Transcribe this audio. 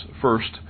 first